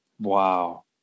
Wow